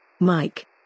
Mike